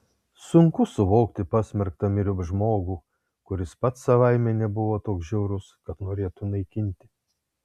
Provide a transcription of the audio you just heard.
sunku suvokti pasmerktą myriop žmogų kuris pats savaime nebuvo toks žiaurus kad norėtų naikinti